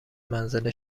منزل